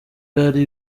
yari